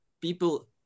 people